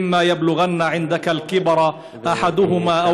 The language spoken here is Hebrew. ואם אחד מהם או